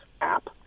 app